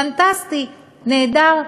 פנטסטי, נהדר.